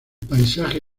paisaje